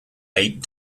eight